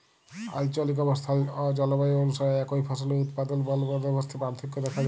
আলচলিক অবস্থাল অ জলবায়ু অলুসারে একই ফসলের উৎপাদল বলদবস্তে পার্থক্য দ্যাখা যায়